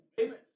Amen